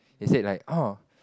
he said like oh